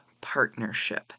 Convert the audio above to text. partnership